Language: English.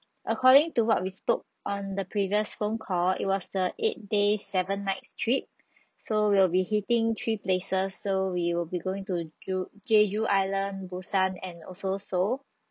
according to what we spoke on the previous phone call it was the eight days seven nights trip so we'll be hitting three places so we will be going to ju~ jeju island busan and also seoul